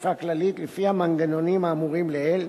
האספה הכללית לפי המנגנונים האמורים לעיל,